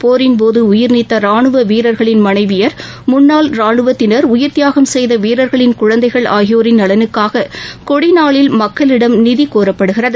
போரின்போது உயிர்நீத்த ரானுவ வீரர்களின் மனைவியர் முன்னாள் ரானுவத்தினா் உயிர்த்தியாகம் செய்த வீரர்களின் குழந்தைகள் ஆகியோரின் நலனுக்காக கொடிநாளில் மக்களிடம் நிதி கோரப்படுகிறது